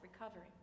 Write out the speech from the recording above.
Recovering